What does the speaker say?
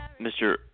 Mr